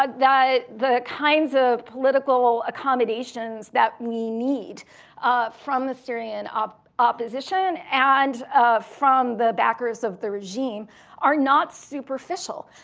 like that the kinds of political accommodations that we need ah from the syrian ah opposition and from the backers of the regime are not superficial.